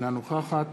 אינה נוכחת